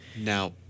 now